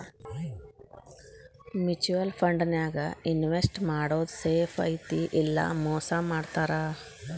mutual ಫಂಡನ್ಯಾಗ invest ಮಾಡೋದ್ safe ಐತಿ ಇಲ್ಲಾ ಮೋಸ ಮಾಡ್ತಾರಾ